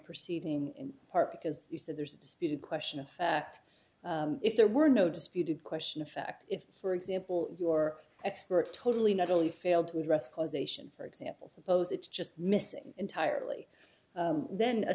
proceeding in part because you said there's a disputed question of fact if there were no disputed question of fact if for example your expert totally not only failed to address causation for example suppose it's just missing entirely then a